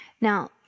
Now